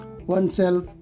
oneself